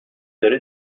داره